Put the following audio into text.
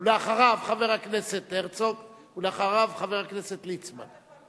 אחריו, חבר הכנסת הרצוג, ואחריו, חבר הכנסת ליצמן.